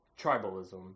tribalism